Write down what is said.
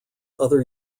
other